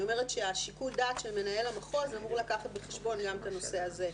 אני אומרת ששיקול הדעת של מנהל המחוז אמור לקחת בחשבון גם את הנושא הזה.